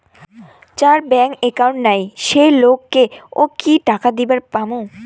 যার bank account নাই সেই লোক কে ও কি টাকা দিবার পামু?